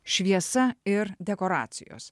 šviesa ir dekoracijos